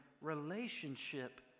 relationship